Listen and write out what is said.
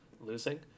losing